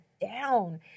down